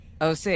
oc